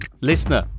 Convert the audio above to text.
Listener